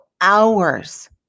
hours